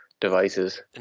devices